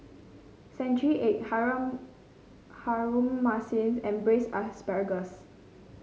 Century Egg Harum Manis and Braised Asparagus